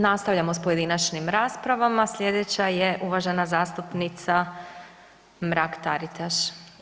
Nastavljamo s pojedinačnim raspravama, slijedeća je uvažena zastupnica Mrak Taritaš.